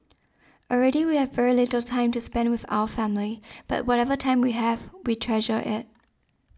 already we have very little time to spend with our family but whatever time we have we treasure it